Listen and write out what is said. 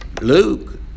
Luke